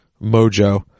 mojo